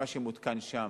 מה שמותקן שם